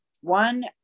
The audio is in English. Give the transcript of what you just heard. One